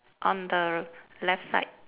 on the left side